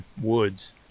woods